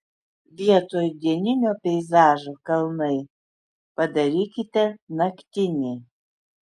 vietoj dieninio peizažo kalnai padarykite naktinį